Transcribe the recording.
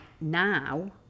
Now